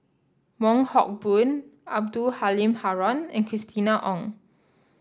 Wong Hock Boon Abdul Halim Haron and Christina Ong